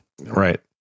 Right